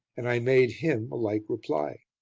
and i made him a like reply.